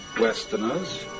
Westerners